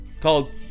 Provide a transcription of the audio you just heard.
Called